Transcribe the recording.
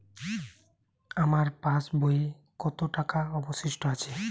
আমার পাশ বইয়ে কতো টাকা অবশিষ্ট আছে?